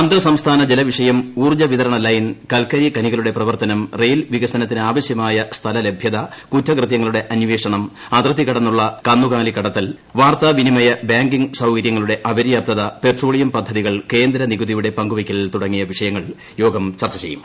അന്തർസംസ്ഥാന ജലവിഷയം ഉൌർജ്ജവിതരണ ലൈൻ കൽകരി ഖനികളുടെ പ്രവർത്തനം റെയിൽ വികസനത്തിനാവശ്യമായ സ്ഥലലഭ്യത കുറ്റകൃതൃങ്ങളുടെ അന്വേഷണം അതിർത്തി കടന്നുള്ള കന്നുകാലികടത്തൽ വാർത്താവിനിമയ ബാങ്കിംഗ് സൌകര്യങ്ങളുടെ അപര്യാപ്തത പെട്രോളിയം പദ്ധതികൾ കേന്ദ്ര നികുതിയുടെ പങ്കുവയ്ക്കൽ തുടങ്ങിയ വിഷയങ്ങൾ യോഗം ചർച്ച ചെയ്യും